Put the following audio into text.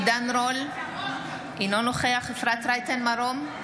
עידן רול, אינו נוכח אפרת רייטן מרום,